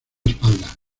espalda